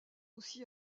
aussi